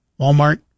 Walmart